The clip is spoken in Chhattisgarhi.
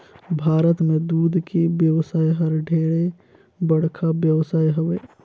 भारत में दूद के बेवसाय हर ढेरे बड़खा बेवसाय हवे